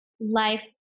life